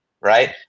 right